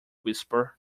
whisper